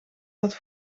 dat